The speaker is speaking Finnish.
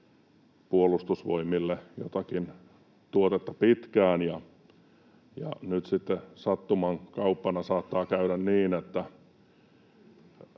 Puolustusvoimille jotakin tuotetta pitkään, ja nyt sitten sattuman kauppana saattaa käydä niin, että